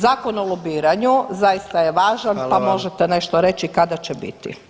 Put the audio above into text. Zakon o lobiranju zaista je važan, pa možete nešto reći kada će biti.